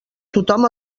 tothom